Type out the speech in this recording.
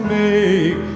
make